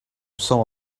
some